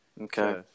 Okay